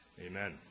Amen